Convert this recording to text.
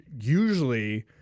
usually